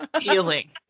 feeling